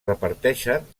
reparteixen